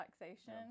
relaxation